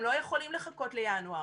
הם לא יכולים לחכות לינואר.